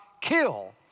kill